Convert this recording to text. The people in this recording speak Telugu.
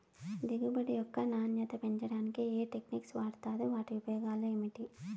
దిగుబడి యొక్క నాణ్యత పెంచడానికి ఏ టెక్నిక్స్ వాడుతారు వాటి ఉపయోగాలు ఏమిటి?